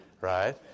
Right